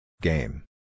Game